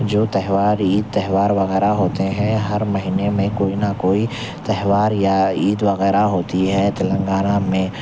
جو تہوار عید تہوار وغیرہ ہوتے ہیں ہر مہینہ میں کوئی نہ کوئی تہوار یا عید وغیرہ ہوتی ہے تلنگانہ میں